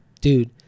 dude